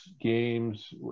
games